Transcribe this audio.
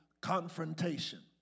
confrontation